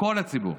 לכל הציבור.